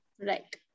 right